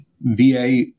VA